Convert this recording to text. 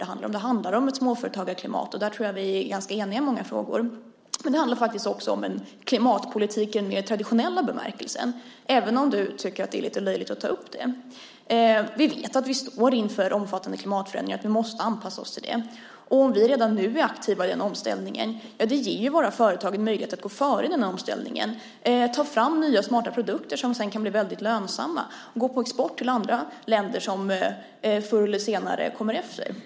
Det handlar om ett småföretagarklimat. Där tror jag att vi är eniga i många frågor. Det handlar faktiskt också om en klimatpolitik i den mer traditionella bemärkelsen, även om du tycker att det är lite löjligt att ta upp det. Vi vet att vi står inför omfattande klimatförändringar och att vi måste anpassa oss till det. Om vi redan nu är aktiva i den omställningen ger det våra företag en möjlighet att gå före i omställningen, ta fram nya och smarta produkter som sedan kan bli lönsamma och gå på export till andra länder som förr eller senare kommer efter.